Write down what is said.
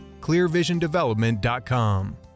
clearvisiondevelopment.com